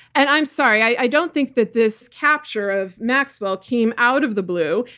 and i'm sorry, i don't think that this capture of maxwell came out of the blue.